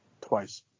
Twice